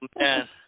man